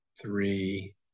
three